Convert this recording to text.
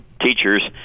teachers